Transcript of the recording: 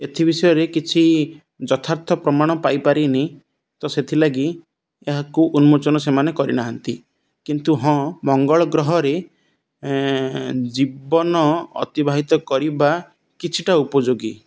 ଏଥି ବିଷୟରେ କିଛି ଯଥାର୍ଥ ପ୍ରମାଣ ପାଇପାରିନି ତ ସେଥିଲାଗି ଏହାକୁ ଉନ୍ମୋଚନ ସେମାନେ କରିନାହାନ୍ତି କିନ୍ତୁ ହଁ ମଙ୍ଗଳ ଗ୍ରହରେ ଜୀବନ ଅତିବାହିତ କରିବା କିଛିଟା ଉପଯୋଗୀ